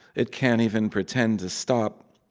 it can't even pretend to stop.